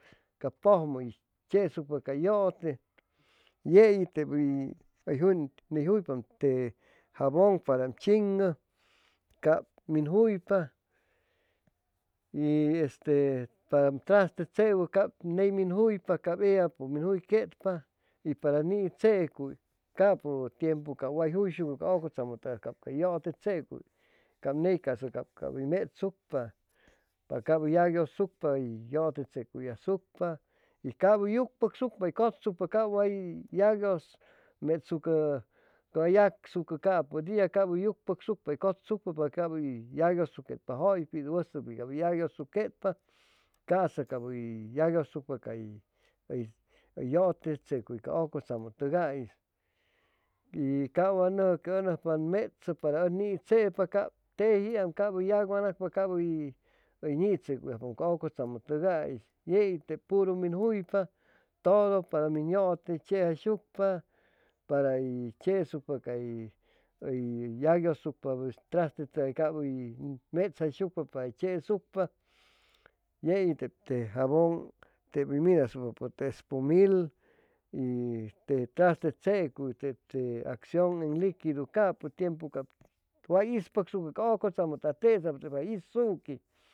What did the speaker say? Cab pujmu uy chesucpa cay llute ye iy ni juypa jabun para que um ching'u cab min juypa y para um traste tsewu cab ney min juypa cab ella min juyquetpa para nichecuy capu tiempu way juyshucu ca ucutsamu tugay para uy llute tsecuy cab ney casa uy metsucpa a cab uy yaguiusucpa llute tsecuy asucpa y cab uy yucpucsucpa cutshucpa cutshucpa para que cab yaguiushuquetpa juypi y wustucji uy yaguiushuquetpa casa cab uy yaguiusucpa uy jiute tsecuy ucutsamd tuga'is y ca wa yaguiusucpa cab uy nitsecuyajpa ca ucotsamu tugay yeit te puru min suypa tudu para que te min llute tsejasucpa para que uy tsejashucpa traste cab uy metsayshucpa para que uy cheshucpa yeit te traste tsecuy teb te axiun en liquidu capu tiempu way istputsucu ca deutsamu tugay tesa teb jay isuqui